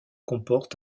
comportent